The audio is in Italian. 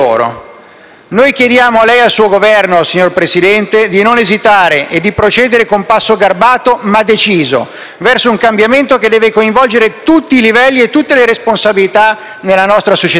Noi chiediamo a lei e al suo Governo, signor Presidente, di non esitare e di procedere con passo garbato, ma deciso, verso un cambiamento che deve coinvolgere tutti i livelli e tutte le responsabilità nella nostra società.